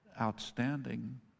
Outstanding